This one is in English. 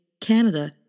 Canada